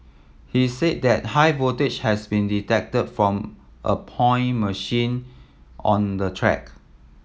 he said that high voltages has been detected from a point machine on the track